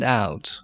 out